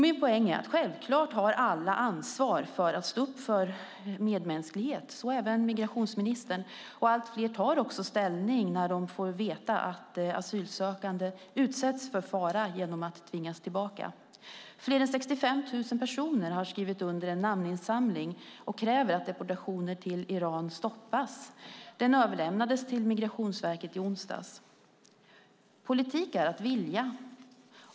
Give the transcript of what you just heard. Min poäng är att självklart har alla ansvar för att stå upp för medmänsklighet, så även migrationsministern. Allt fler tar också ställning när de får veta att asylsökande utsätts för fara genom att tvingas tillbaka. Fler än 65 000 personer har skrivit under en namninsamling och kräver att deportationer till Iran stoppas. Den överlämnades till Migrationsverket i onsdags. Politik är att vilja.